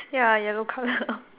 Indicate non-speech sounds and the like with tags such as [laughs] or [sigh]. ya yellow colour [laughs]